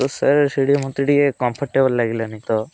ତ ସାର୍ ସେଇଠି ମୋତେ ଟିକେ କମ୍ଫରଟେବୁଲ ଲାଗିଲାନି ତ